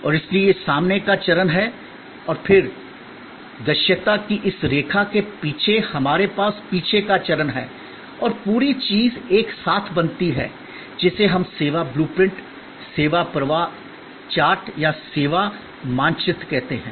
और इसलिए यह सामने का चरण है और फिर दृश्यता की इस रेखा के पीछे हमारे पास पीछे का चरण है और पूरी चीज एक साथ बनती है जिसे हम सेवा ब्लू प्रिंट सेवा प्रवाह चैट या सेवा मानचित्र कहते हैं